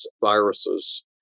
viruses